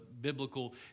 biblical